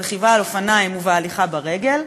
ברכיבה על אופניים ובהליכה ברגל,